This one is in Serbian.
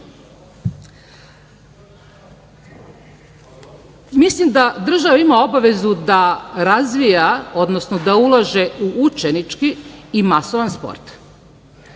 ovoga. Mislim da država ima obavezu da razvija, odnosno da ulaže u učenički i masovan sport,